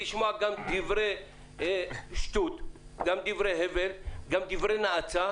גם דברי שטות, גם דברי הבל, גם דברי נאצה.